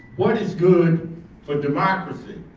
what is good for democracy?